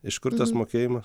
iš kur tas mokėjimas